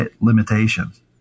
limitations